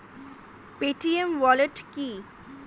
Paytm wallet কি?